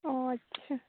ও আচ্ছা